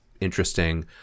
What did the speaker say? interesting